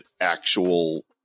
actual